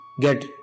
get